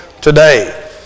today